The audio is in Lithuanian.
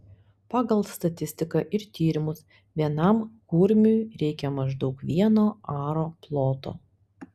pagal statistiką ir tyrimus vienam kurmiui reikia maždaug vieno aro ploto